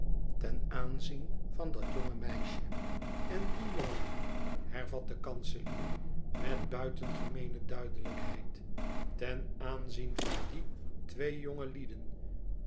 ten aanzien van dat jonge meisje en dien jongeling hervat de kanselier met buitengemeene duidelijkheid ten aanzien van die twee